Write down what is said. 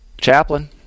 chaplain